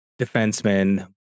defenseman